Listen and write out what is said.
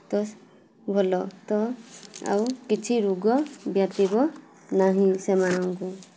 ତ ଭଲ ତ ଆଉ କିଛି ରୋଗ ବ୍ୟାପିବ ନାହିଁ ସେମାନଙ୍କୁ